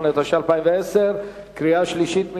58), התש"ע 2010, בקריאה שלישית.